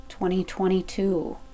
2022